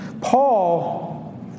Paul